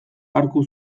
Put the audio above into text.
arku